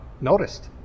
noticed